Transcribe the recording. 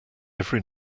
every